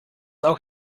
auch